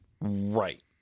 Right